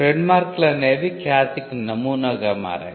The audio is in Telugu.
ట్రేడ్మార్క్ లనేవి ఖ్యాతికి నమూనాగా మారాయి